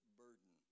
burden